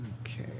Okay